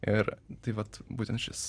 ir tai vat būtent šis